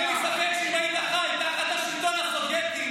אין לי ספק שאם היית חי תחת השלטון הסובייטי,